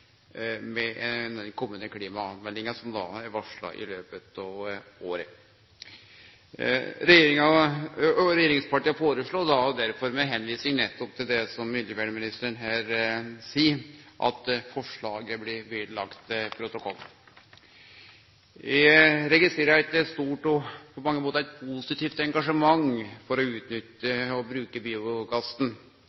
med den kommende klimameldingen», som er varsla i løpet av året. Regjeringspartia foreslår derfor ved å vise til nettopp det som miljøvernministeren her seier, at forslaget blir lagt ved protokollen. Eg registrerer eit stort og på mange måtar eit positivt engasjement for å utnytte